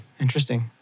Interesting